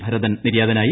ഭരതൻ നിര്യാതനായി